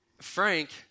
Frank